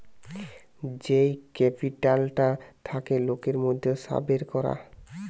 যেই ক্যাপিটালটা থাকে লোকের মধ্যে সাবের করা